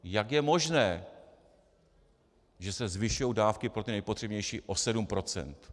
Jak je možné, že se zvyšují dávky pro ty nejpotřebnější o 7 %?